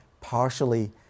partially